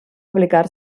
aplicar